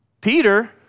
Peter